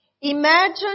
Imagine